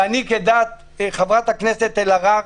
כדעת חברת הכנסת אלהרר,